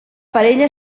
parella